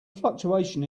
fluctuation